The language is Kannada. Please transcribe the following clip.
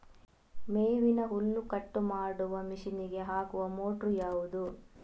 ಮೇವಿನ ಹುಲ್ಲು ಕಟ್ ಮಾಡುವ ಮಷೀನ್ ಗೆ ಹಾಕುವ ಮೋಟ್ರು ಯಾವುದು?